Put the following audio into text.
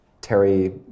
Terry